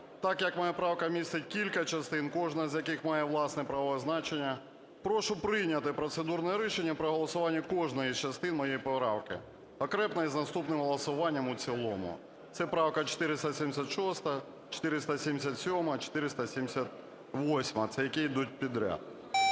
так як моя правка містить кілька частин, кожна з яких має власне правове значення, прошу прийняти процедурне рішення про голосування кожної з частин моєї правки окремо з наступним голосуванням в цілому. Це правки 476, 477-а, 478-а, це які йдуть підряд.